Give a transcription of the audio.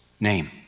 Name